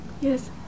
Yes